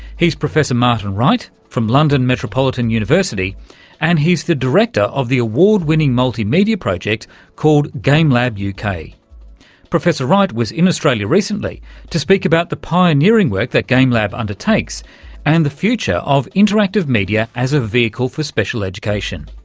he's professor martin wright from london metropolitan university and he's the director of the award-winning multi-media project called gamelab uk. yeah kind of professor wright was in australia recently to speak about the pioneering work that gamelab undertakes and the future of interactive media as a vehicle for special education.